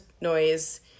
noise